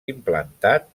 implantat